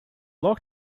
like